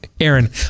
Aaron